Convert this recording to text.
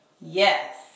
Yes